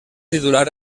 titular